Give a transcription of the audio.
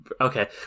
Okay